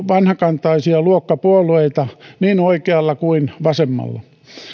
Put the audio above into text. vanhakantaisia luokkapuolueita niin oikealla kuin vasemmalla